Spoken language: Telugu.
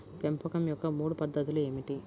పెంపకం యొక్క మూడు పద్ధతులు ఏమిటీ?